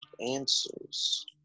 answers